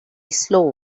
slow